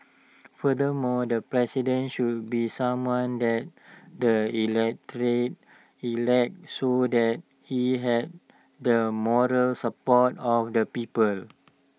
furthermore the president should be someone that the electorate elects so that he has the model support of the people